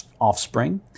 offspring